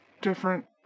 different